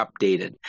updated